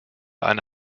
eine